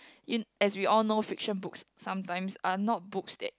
in as we all know fiction book sometimes are not books that